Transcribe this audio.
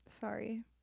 Sorry